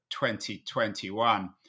2021